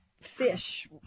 fish